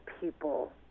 people